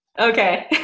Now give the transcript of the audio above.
okay